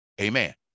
Amen